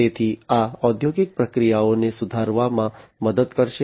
તેથી આ ઔદ્યોગિક પ્રક્રિયાઓને સુધારવામાં મદદ કરશે